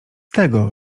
tego